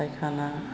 फाइखाना